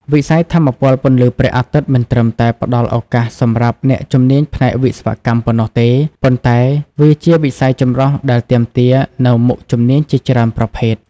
វិស័យថាមពលពន្លឺព្រះអាទិត្យមិនត្រឹមតែផ្តល់ឱកាសសម្រាប់អ្នកជំនាញផ្នែកវិស្វកម្មប៉ុណ្ណោះទេ ប៉ុន្តែវាជាវិស័យចម្រុះដែលទាមទារនូវមុខជំនាញជាច្រើនប្រភេទ។